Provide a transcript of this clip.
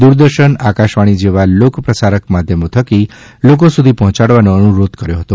દૂરદર્શન આકાશવાણી જેવા લોકપ્રસારક માધ્યમો થકી લોકો સુધી પહોંચાડવાનો અનુરોધ કર્યા હતો